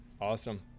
Awesome